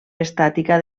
estàtica